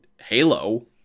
Halo